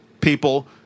people